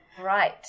Right